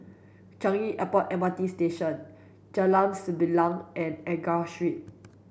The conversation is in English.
Changi Airport M R T Station Jalan Sembilang and Enggor Street